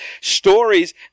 stories